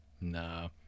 Nah